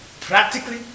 practically